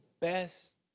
best